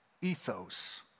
ethos